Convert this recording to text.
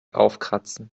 aufkratzen